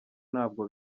ntabwo